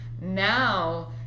now